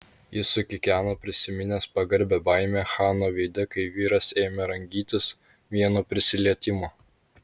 jis sukikeno prisiminęs pagarbią baimę chano veide kai vyras ėmė rangytis vien nuo prisilietimo